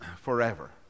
forever